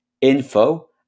info